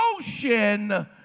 ocean